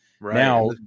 Now